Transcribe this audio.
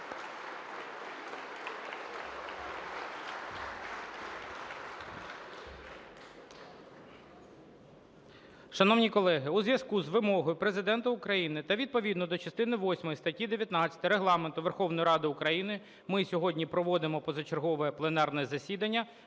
Шановні колеги, у зв'язку з вимогою Президента України та відповідно до частини восьмої статті 19 Регламенту Верховної Ради України ми сьогодні проводимо позачергове пленарне засідання